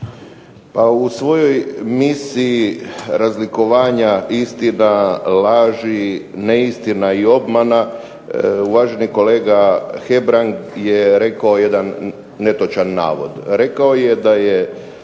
Pa u svojoj misiji razlikovanja istina, laži, neistina i obmana, uvaženi kolega Hebrang je rekao jedan netočan navod. Rekao je da je